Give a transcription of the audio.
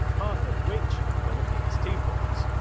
part of which were the ps two ports.